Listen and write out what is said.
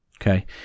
Okay